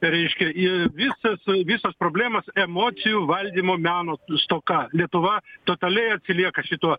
reiškia į visos visos problemos emocijų valdymo meno stoka lietuva totaliai atsilieka šituo